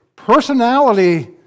personality